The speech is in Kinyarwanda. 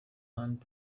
hunt